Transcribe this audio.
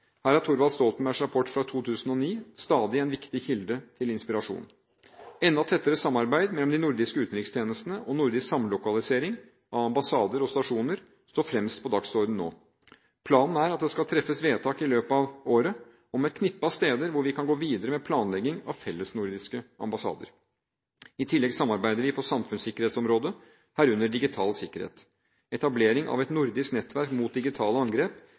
Her er Thorvald Stoltenbergs rapport fra 2009 stadig en viktig kilde til inspirasjon. Enda tettere samarbeid mellom de nordiske utenrikstjenestene og nordisk samlokalisering av ambassader og stasjoner står fremst på dagsordenen nå. Planen er at det skal treffes vedtak i løpet av året om et knippe av steder hvor vi kan gå videre med planlegging av fellesnordiske ambassader. I tillegg samarbeider vi på samfunnssikkerhetsområdet, herunder digital sikkerhet. Etablering av et nordisk nettverk mot digitale angrep